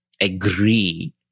agree